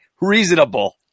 Reasonable